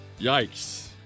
yikes